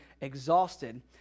exhausted